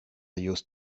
used